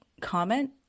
comment